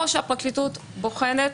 או שהפרקליטות בוחנת,